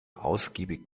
ausgiebig